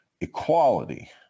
equality